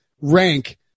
rank